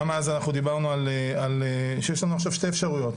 גם אז אנחנו דיברנו על זה שיש לנו עכשיו שתי אפשרויות,